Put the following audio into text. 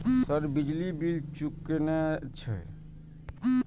Sir बिजली bill चूकेना छे?